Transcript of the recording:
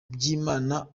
byimana